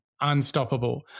unstoppable